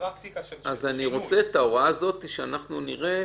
אני רוצה שאת ההוראה הזאת אנחנו נראה.